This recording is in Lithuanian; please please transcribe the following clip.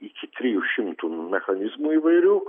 iki trijų šimtų mechanizmų įvairių